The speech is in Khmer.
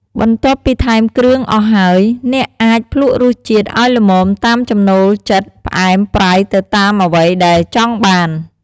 បន្ទាប់ពីថែមគ្រឿងអស់ហើយ អ្នកអាចភ្លក់រសជាតិឲ្យល្មមតាមចំណូលចិត្តផ្អែមប្រៃទៅតាមអ្វីដែលចង់បាន។